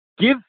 Give